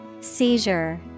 Seizure